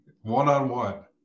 one-on-one